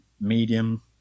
medium